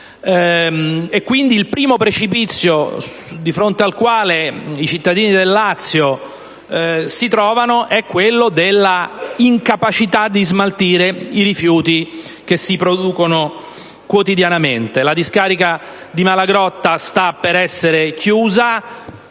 il primo precipizio di fronte al quale i cittadini del Lazio si trovano è rappresentato dall'incapacità di smaltire i rifiuti che si producono quotidianamente. La discarica di Malagrotta sta per essere chiusa;